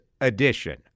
edition